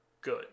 good